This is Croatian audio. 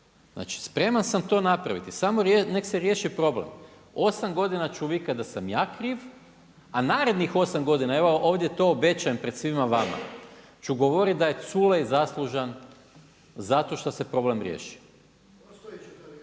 Znači spreman sam to napraviti samo neka se riješi problem. 8 godina ću vikati da sam ja kriv a narednih 8 godina, evo ovdje to obećajem pred svima vama, ću govoriti da je Culej zaslužan zato što se problem riješio.